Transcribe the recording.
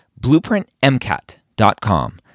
BlueprintMCAT.com